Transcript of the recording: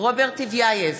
רוברט טיבייב,